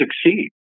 succeed